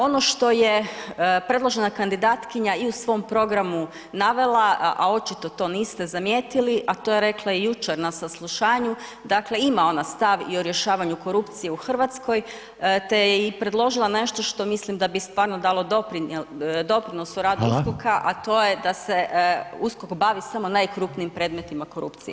Ono što je predložena kandidatkinja i u svom programu navela, a očito to niste zamijetili, a to je rekla i jučer na saslušanju, dakle ima ona stav i o rješavanju korupcije u Hrvatskoj te je i predložila nešto što mislim da bi stvarno dalo doprinos u radu USKOK-a, a to je da se USKOK bavi samo najkrupnijim predmetima korupcije.